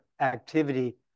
activity